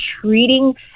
treating